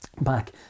Back